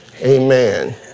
Amen